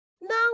No